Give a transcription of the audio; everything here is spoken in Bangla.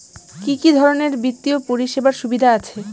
কি কি ধরনের বিত্তীয় পরিষেবার সুবিধা আছে?